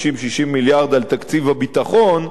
50 60 מיליארד בתקציב הביטחון,